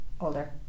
Older